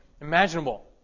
imaginable